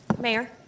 Mayor